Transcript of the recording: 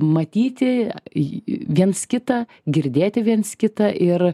matyti į viens kitą girdėti viens kitą ir